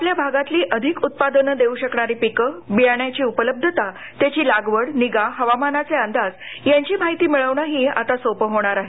आपल्या भागातली अधिक उत्पादन देऊ शकणारी पिकं बियाण्याची उपलब्धता त्याची लागवड निगा हवामानाचे अंदाज यांची माहिती मिळवणं ही आता सोपं होणार आहे